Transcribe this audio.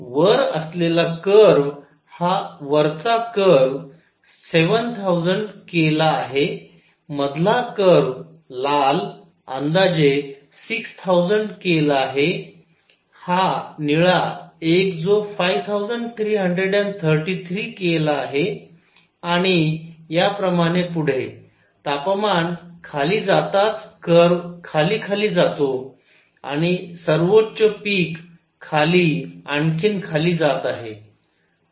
वर असलेला कर्व हा वरचा कर्व 7000 K ला आहे मधला कर्व लाल अंदाजे 6000 K आहे हा निळा एक जो 5333 K ला आहे आणि याप्रमाणे पुढे तापमान खाली जाताच कर्व खाली खाली जातो आणि सर्वोच्च पिक खाली आणखीन खाली जात आहे